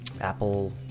Apple